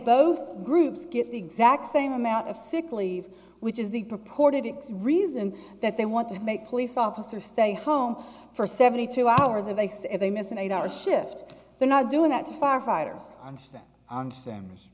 both groups get the exact same amount of sick leave which is the purported it reason that they want to make police officers stay home for seventy two hours if they stay they miss and eight hour shift they're not doing that to firefighters on